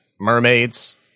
mermaids